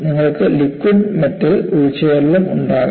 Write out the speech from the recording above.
നിങ്ങൾക്ക് liquid metal embrittlement ഉണ്ടാകാം